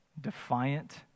defiant